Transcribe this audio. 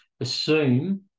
assume